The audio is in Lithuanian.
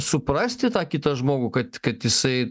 suprasti tą kitą žmogų kad kad jisai